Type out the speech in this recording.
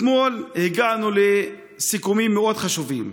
אתמול הגענו לסיכומים מאוד חשובים,